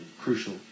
crucial